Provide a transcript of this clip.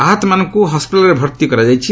ଆହତମାନଙ୍କୁ ହସ୍କିଟାଲ୍ରେ ଭର୍ତ୍ତି କରାଯାଇଛି